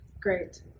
Great